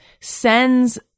sends